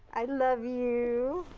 i love you!